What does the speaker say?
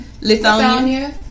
Lithuania